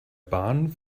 bahn